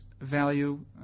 value